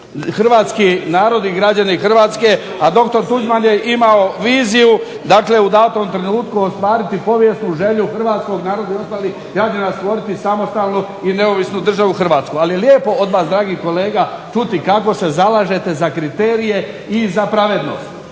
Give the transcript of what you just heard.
hrvatski narod i građani Hrvatske, a doktor Tuđman je imao viziju dakle u datom trenutku ostvariti povijesnu želju hrvatskog naroda i ostalih građana, stvoriti samostalnu i neovisnu državu Hrvatsku. Ali je lijepo od vas dragi kolega čuti kako se zalažete za kriterije i za pravednost